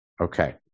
Okay